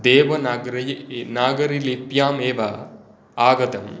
देव नागरी लिप्याम् एव आगतम्